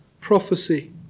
prophecy